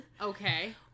okay